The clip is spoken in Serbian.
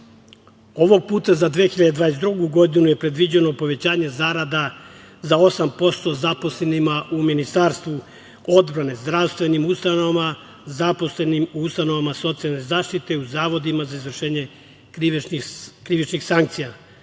Ovog puta za 2022. godinu je predviđeno povećanje zarada za 8% zaposlenima u Ministarstvu odbrane, zdravstvenim ustanovama, zaposlenim u ustanovama socijalne zaštite, u zavodima za izvršenje krivičnih sankcija,